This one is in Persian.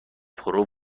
پرو